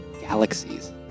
galaxies